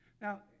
Now